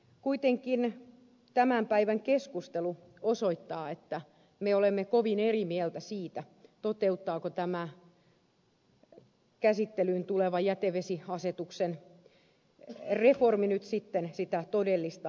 kuitenkin tämän päivän keskustelu osoittaa että me olemme kovin eri mieltä siitä toteuttaako tämä käsittelyyn tuleva jätevesiasetuksen reformi nyt sitten sitä todellista perimmäistä tarkoitustaan